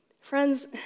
Friends